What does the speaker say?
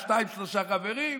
שניים-שלושה חברים.